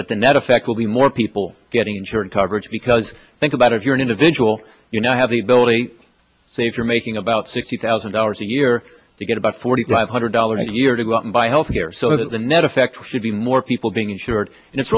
that the net effect will be more people getting insurance coverage because think about if you're an individual you know have the ability to say if you're making about sixty thousand dollars a year to get about forty five hundred dollars a year to go out and buy health care so that the net effect should be more people being insured and it's